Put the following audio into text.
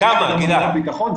גם עבירות ביטחון.